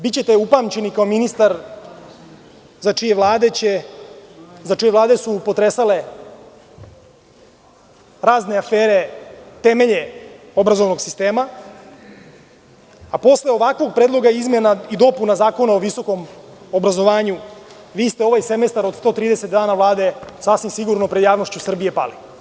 Bićete upamćeni kao ministar za čije Vlade su potresale razne afere, temelje obrazovnog sistema, a posle ovakvog Predloga izmena i dopuna Zakona o visokom obrazovanju, vi ste ovaj semestar od 130 dana Vlade sasvim sigurno pred javnošću Srbije pali.